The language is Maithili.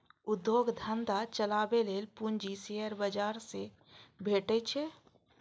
उद्योग धंधा चलाबै लेल पूंजी शेयर बाजार सं भेटै छै